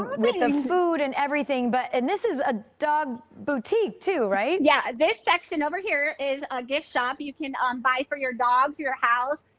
um and and everything but and this is a dog boutique to right, yeah this section over here is a gift shop you can um buy for your dogs, your house.